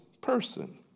person